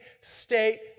state